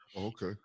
okay